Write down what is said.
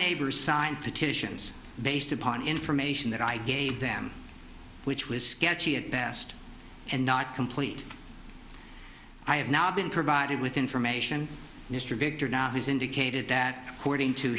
neighbors signed petitions based upon information that i gave them which was sketchy at best and not complete i have now been provided with information mr victor now has indicated that according to